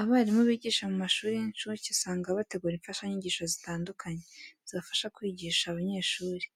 Abarimu bigisha mu mashuri y'incuke usanga bategura imfashanyigisho zitandukanye zibafasha kwigisha abanyeshuri.